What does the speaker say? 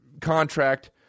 contract